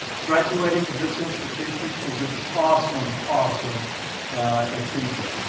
graduating from this institution is an awesome awesome achievement.